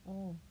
oh